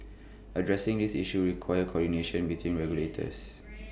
addressing these issues requires coordination between regulators